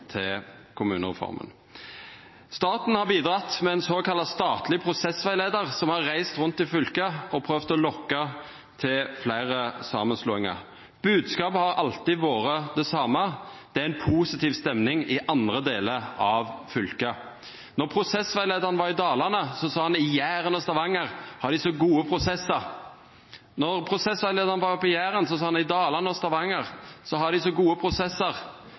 til kommunereforma. Staten har bidrege med ein såkalla statleg prosessrettleiar som har reist rundt i fylket og prøvd å lokka til fleire samanslåingar. Bodskapen har alltid vore det same: Det er ei positiv stemning i andre delar av fylket. Då prosessrettleiaren var i Dalane, sa han at på Jæren og i Stavanger har dei så gode prosessar. Då prosessrettleiaren var på Jæren, sa han at i Dalane og Stavanger har dei så gode prosessar.